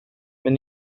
men